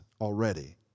already